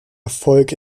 erfolg